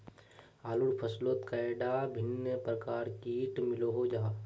आलूर फसलोत कैडा भिन्न प्रकारेर किट मिलोहो जाहा?